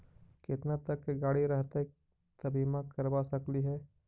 केतना तक के गाड़ी रहतै त बिमा करबा सकली हे?